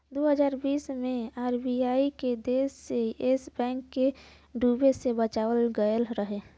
दू हज़ार बीस मे आर.बी.आई के आदेश से येस बैंक के डूबे से बचावल गएल रहे